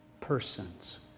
persons